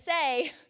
say